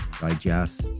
digest